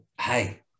hey